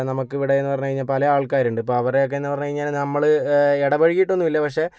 നമുക്കിവിടെയെന്നു പറഞ്ഞു കഴിഞ്ഞാൽ പല ആൾക്കാരുണ്ട് ഇപ്പോൾ അവരുടെയൊക്കെന്ന് പറഞ്ഞു കഴിഞ്ഞാൽ നമ്മൾ ഇടപഴകിയിട്ടൊന്നുമില്ല പക്ഷേ